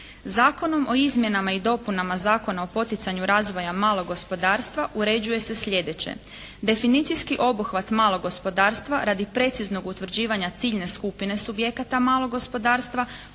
Zakonom o izmjenama i dopunama Zakona o poticanju razvoja malog gospodarstva uređuje se slijedeće. Definicijski obuhvat malog gospodarstva radi preciznog utvrđivanja ciljne skupine subjekata malog gospodarstva